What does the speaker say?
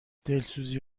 دلسوزی